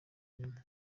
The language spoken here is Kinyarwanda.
nyuma